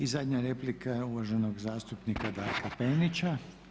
I zadnja replika je uvaženog zastupnika Darka Penića.